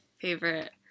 favorite